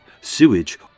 sewage